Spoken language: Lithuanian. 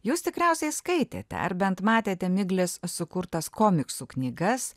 jūs tikriausiai skaitėte ar bent matėte miglės sukurtas komiksų knygas